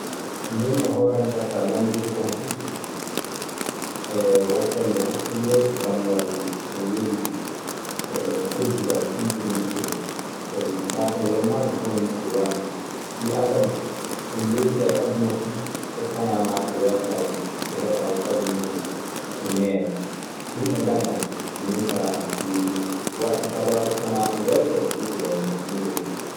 Min e hoore an kaa, so a landike kan fu e waɗtande hakkille banngal ko weli ee koɗdigal ɗun ɓuri moƴƴude. Sabi taakalle maa ko hono muuɗun walaa. Ɓii aadama ko mbeetiɗaa e aduna fuu so tanaa maaɗa weeltaaki, so a heɓaayi sago muuɗun, ko meere. Yimɓe ngaldaa, min kaa, mi waɗa sabaabu tanaa an weltoo, ɗun ɓuranikan huunde fuu.